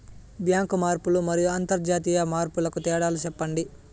Bank మార్పులు మరియు అంతర్జాతీయ మార్పుల కు తేడాలు సెప్పండి?